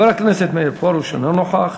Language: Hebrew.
חבר הכנסת מאיר פרוש, אינו נוכח.